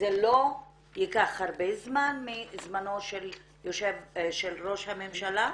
וזה לא ייקח הרבה זמן מזמנו של ראש הממשלה,